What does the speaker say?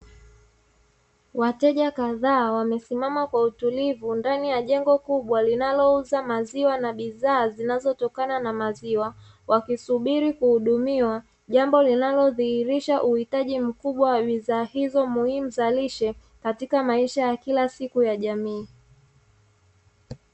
Wateja kadhaa wamesimama kwa utulivu ndani ya jengo kubwa, linalouza maziwa na bidhaa zinazotokana na maziwa, wakisubiri kuhudumiwa jambo linalodhihirisha uhitaji mkubwa wa bidhaa hizo, muhimu za lishe katika maisha ya kila siku ya jamii.